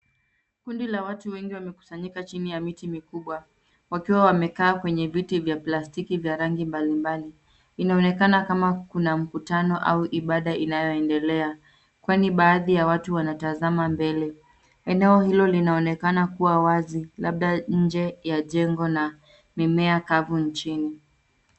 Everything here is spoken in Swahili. Kundi la watu wengi wamekusanyika chini ya miti mikubwa. Wakiwa wamekaa kwenye viti vya plastiki vya rangi mbalimbali. Inaonekana kama kuna mkutano au ibada inayoendelea kwani baadhi ya watu wanatazama mbele. Eneo hilo linaonekana kuwa wazi labda nje ya jengo na mimea kavu nchini.